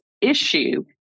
issue